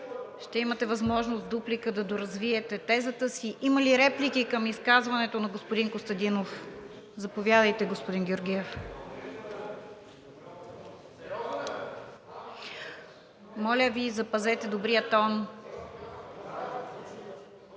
Ще имате възможност в дуплика да доразвиете тезата си. Има ли реплики към изказването на господин Костадинов? Заповядайте, господин Георгиев. (Силен шум.) Моля Ви, запазете добрия тон.